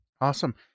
Awesome